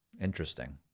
Interesting